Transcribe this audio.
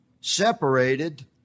separated